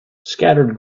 scattered